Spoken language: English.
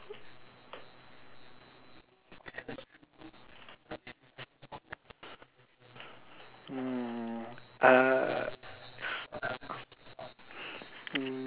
hmm uh